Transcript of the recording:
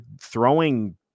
throwing